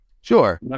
Sure